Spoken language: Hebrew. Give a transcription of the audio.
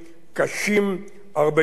קשים הרבה יותר.